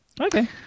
Okay